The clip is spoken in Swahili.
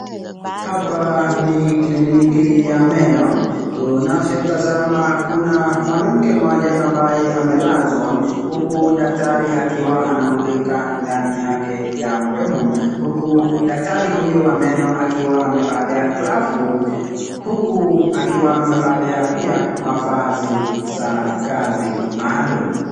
Hapa ni kliniki ya meno, tunavyotazama kuna mwanamke mmoja ambaye amelazwa huku daktari akiwa anamulika ndani yake ya mdomo, huku daktari huyu wa meno akiwa amevalia glavu huku akiwa amevalia pia mavazi za kazi maalam.